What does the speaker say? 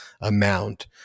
amount